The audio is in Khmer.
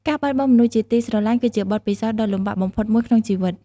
ការបាត់បង់មនុស្សជាទីស្រឡាញ់គឺជាបទពិសោធន៍ដ៏លំបាកបំផុតមួយក្នុងជីវិត។